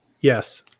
Yes